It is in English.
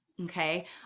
Okay